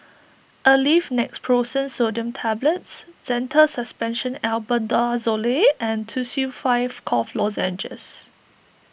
Aleve Naproxen Sodium Tablets Zental Suspension Albendazole and Tussils five Cough Lozenges